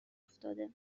افتاده